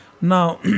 Now